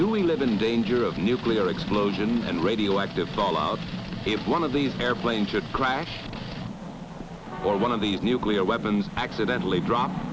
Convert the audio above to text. doing live in danger of nuclear explosions and radioactive fallout if one of these airplane trips crashed or one of the nuclear weapons accidentally drop